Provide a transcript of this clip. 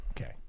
okay